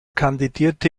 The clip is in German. kandidierte